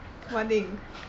what thing